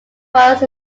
was